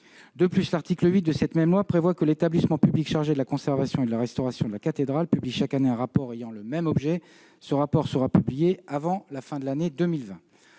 De plus, l'article 8 de cette même loi prévoit que l'établissement public chargé de la conservation et de la restauration de la cathédrale publie chaque année un rapport ayant le même objet. Ce rapport sera publié avant la fin de l'année 2020.